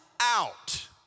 out